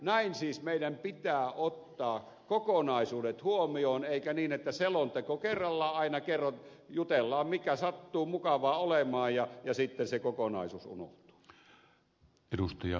näin siis meidän pitää ottaa kokonaisuudet huomioon eikä niin että selonteko kerrallaan aina jutellaan mikä sattuu mukavaa olemaan ja sitten se kokonaisuus unohtuu